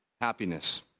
happiness